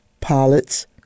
pilots